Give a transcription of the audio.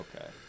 Okay